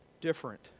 Different